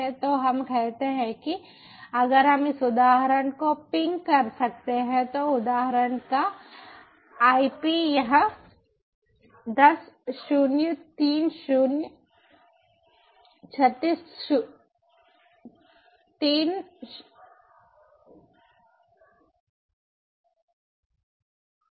तो हम कहते हैं कि अगर हम इस उदाहरण को पिंग कर सकते हैं तो उदाहरण का आईपी यह 10336 36 है